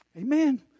Amen